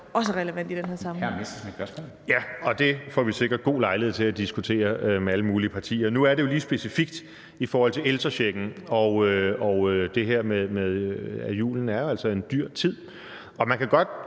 også er relevant i den her sammenhæng.